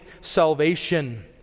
salvation